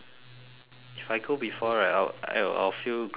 if I go before right I wou~ I wou~ I'll feel great man